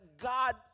God